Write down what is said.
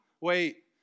Wait